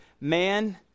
man